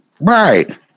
Right